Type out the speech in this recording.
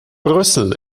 brüssel